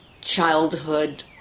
childhood